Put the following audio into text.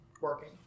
working